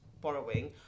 borrowing